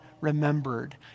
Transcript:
remembered